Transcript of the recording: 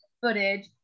footage